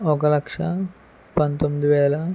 ఒక లక్ష పంతొమ్మిది వేల